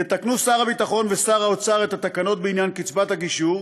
יתקנו שר הביטחון ושר האוצר את התקנות בעניין קצבת הגישור